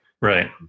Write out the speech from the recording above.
Right